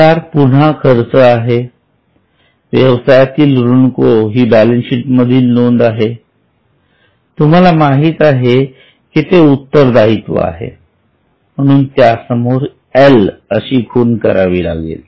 पगार पुन्हा खर्च आहे व्यवसायातील ऋणको ही बॅलन्स शीट मधील नोंद आहे तुम्हाला माहित आहे कि ते उत्तरदायित्व आहे म्हणून त्या समोर L अशी खूण करावी लागेल